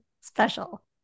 special